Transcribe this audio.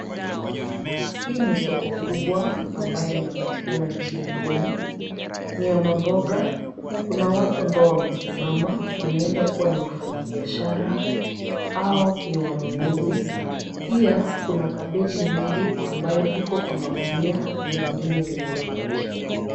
Hii ni soko kubwa ambayo inapatikana nchini humu. Ni ya mamboga. Kuna watu ambao wamesimama, wanaeza kua ni wafanyi biashara au ni wa nunuzi. Pia kuna cabbage mingi ambayo iko kwa magunia na zingine zimewekwa chini.